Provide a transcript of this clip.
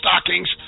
stockings